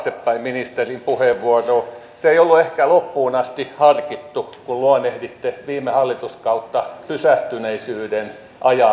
taaksepäin ministerin puheenvuoroon se ei ollut ehkä loppuun asti harkittu kun luonnehditte viime hallituskautta pysähtyneisyyden ajaksi